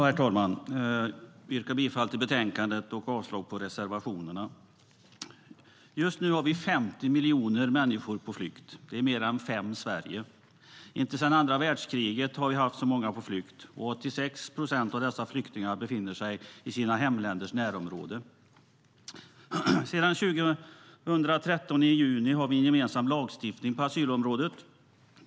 Herr talman! Jag yrkar bifall till betänkandet och avslag på reservationerna. Just nu är 50 miljoner människor på flykt. Det är mer än fem Sverige. Inte sedan andra världskriget har så många varit på flykt. 86 procent av dessa flyktingar befinner sig i sina hemländers närområde. Sedan juni 2013 har vi en gemensam lagstiftning på asylområdet.